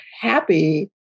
happy